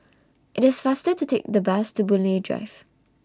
IT IS faster to Take The Bus to Boon Lay Drive